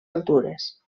altures